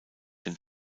den